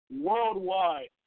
worldwide